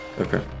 Okay